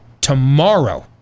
tomorrow